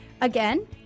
Again